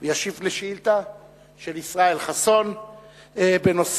וישיב על שאילתא של ישראל חסון בנושא: